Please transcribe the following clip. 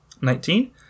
Nineteen